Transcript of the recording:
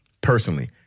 personally